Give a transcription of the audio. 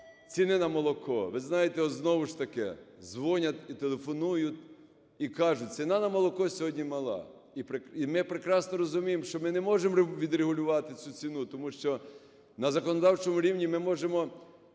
ціни на молоко. Ви знаєте, от, знову ж таки дзвонять і телефонують, і кажуть, ціна на молоко сьогодні мала. І ми прекрасно розуміємо, що ми не можемо відрегулювати цю ціну. Тому що на законодавчому рівні ми можемо